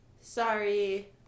Sorry